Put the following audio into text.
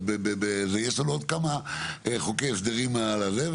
ויש לנו עוד כמה חוקי הסדרים על זה,